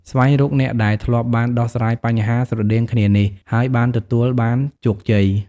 ស្វែងរកអ្នកដែលធ្លាប់បានដោះស្រាយបញ្ហាស្រដៀងគ្នានេះ ហើយបានទទួលបានជោគជ័យ។